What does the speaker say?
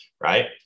right